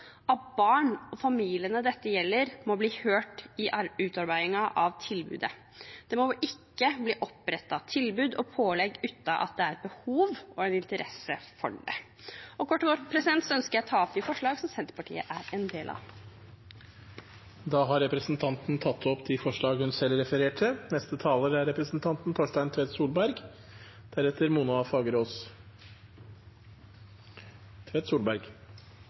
og familiene dette gjelder, må bli hørt i utarbeidingen av tilbudet. Det må ikke bli opprettet tilbud og pålegg uten at det er behov og interesse for det. Kort og godt ønsker jeg å ta opp de forslagene som Senterpartiet har alene, og det forslaget som Senterpartiet har sammen med Sosialistisk Venstreparti. Representanten Marit Knutsdatter Strand har tatt opp de forslagene hun refererte til. Stortinget er